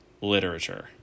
literature